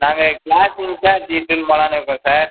நாங்கள் class incharge இழுத்துன்னு போலான்னு இருக்கோம் சார்